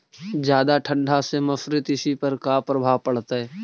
जादा ठंडा से मसुरी, तिसी पर का परभाव पड़तै?